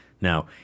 Now